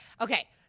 Okay